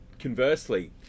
Conversely